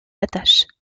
attache